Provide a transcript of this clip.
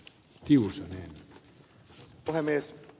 arvoisa puhemies